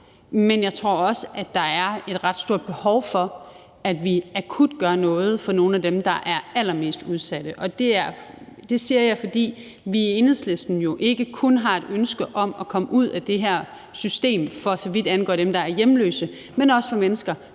men jeg tror også, at der er et ret stort behov for, at vi akut gør noget for nogle af dem, der er allermest udsatte. Og det siger jeg, fordi vi i Enhedslisten jo ikke kun har et ønske om at komme ud af det her system, for så vidt angår dem, der er hjemløse, men også for de mennesker,